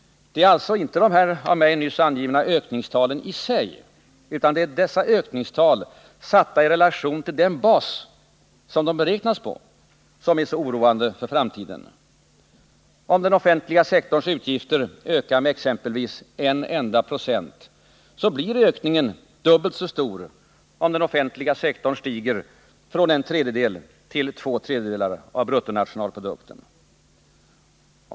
Det är alltså inte de av mig nyss angivna ökningstalen i sig utan det är dessa ökningstal satta i relation till den bas som de beräknas på som är så oroande för framtiden. Om den offentliga sektorns utgifter ökar med exempelvis en enda procent, blir ökningen dubbelt så stor om den offentliga sektorns andel stiger från en tredjedel till två tredjedelar av bruttonationalprodukten.